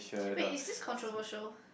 wait is this controversial